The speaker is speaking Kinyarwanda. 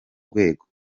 rwego